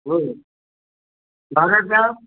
બોલો મારે ત્યાં